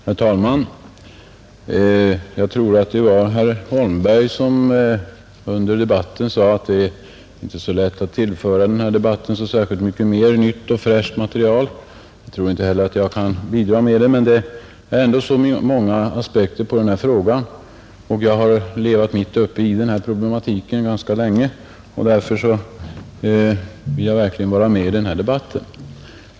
Herr talman! Jag vill minnas att det var herr Holmberg som tidigare i dag sade att det inte är så lätt att tillföra denna debatt särskilt mycket nytt och färskt material. Jag tror inte heller att jag kan göra det, men denna fråga inrymmer så många aspekter och jag har levat mitt uppe i denna problematik så länge, att jag verkligen vill vara med i debatten.